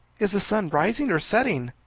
is the sun rising or setting?